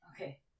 Okay